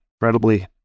incredibly